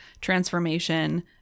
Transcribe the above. transformation